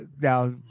Now